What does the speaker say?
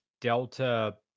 delta